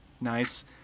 Nice